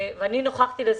ואני נוכחתי בזה,